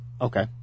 Okay